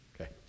Okay